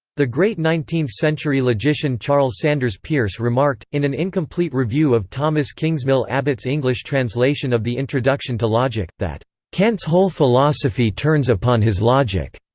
the great nineteenth century logician charles sanders peirce remarked, in an incomplete review of thomas kingsmill abbott's english translation of the introduction to logik, that kant's whole philosophy turns upon his logic.